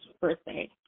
birthday